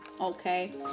Okay